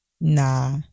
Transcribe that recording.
Nah